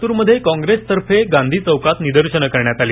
लातूरमध्ये काँप्रेसतर्फे गांधी चौकात निदर्शनं करण्यात आली